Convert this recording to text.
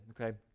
okay